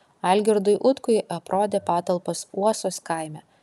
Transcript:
algirdui utkui aprodė patalpas uosos kaime